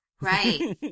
Right